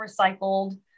recycled